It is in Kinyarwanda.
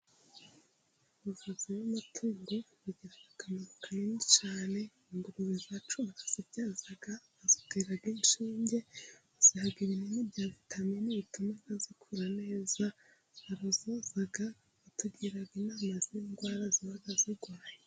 Abavuzi b'amatungo bagira akamaro kanini cyane, ingurube zacu barazibyaza, bazitera inshinge, baziha ibinini bya vitaminini bitumaga zikura neza barazoza, batugira inama z'indwara ziba zirwaye.